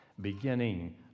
beginning